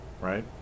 right